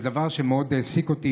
זה דבר שמאוד העסיק אותי.